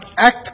act